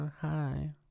Hi